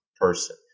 person